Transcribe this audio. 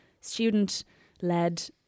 student-led